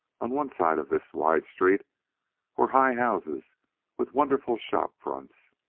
on one side of this wide street were high houses with wonderful shop fronts,